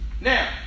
Now